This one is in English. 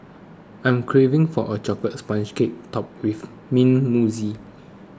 I am craving for a Chocolate Sponge Cake Topped with Mint Mousse